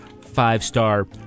five-star